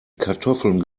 kartoffeln